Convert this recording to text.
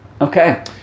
Okay